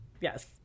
Yes